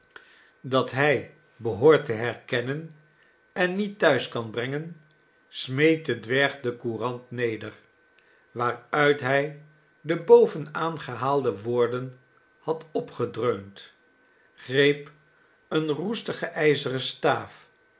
dat hij behoort te herkennen en niet thuis kan brengen smeet de dwerg de courant neder waaruit hij de boven aangehaalde woorden had opgedreund greep eene roestige ijzeren staaf